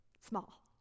small